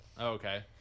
okay